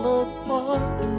apart